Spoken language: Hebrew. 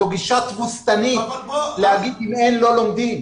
זו גישה תבוסתנית להגיד שאם אין, לא לומדים.